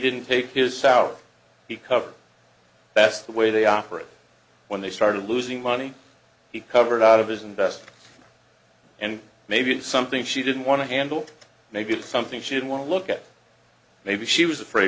didn't take his sour he covered that's the way they operate when they started losing money he covered out of his invest and maybe something she didn't want to handle maybe something she didn't want to look at maybe she was afraid